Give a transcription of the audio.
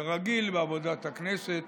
כרגיל בעבודת הכנסת,